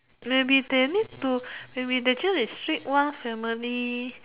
maybe they need to maybe they just is street one family